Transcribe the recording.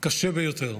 זה קשה ביותר.